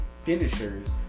finishers